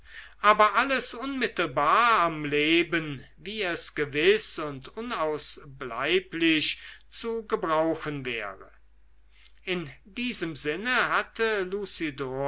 aber alles unmittelbar am leben wie es gewiß und unausbleiblich zu gebrauchen wäre in diesem sinne hatte